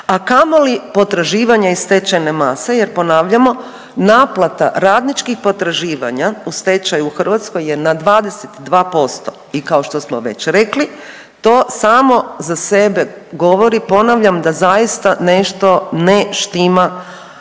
a kamoli potraživanja iz stečajne mase jer ponavljamo, naplata radničkih potraživanja u stečaju u Hrvatskoj je na 22% i kao što smo već rekli to samo za sebe govori, ponavljam da zaista nešto ne štima